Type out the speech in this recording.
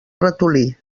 ratolí